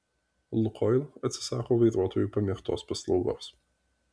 lukoil atsisako vairuotojų pamėgtos paslaugos